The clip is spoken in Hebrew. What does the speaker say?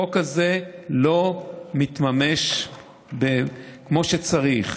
החוק הזה לא מתממש כמו שצריך.